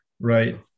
Right